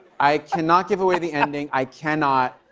i cannot give away the ending. i cannot.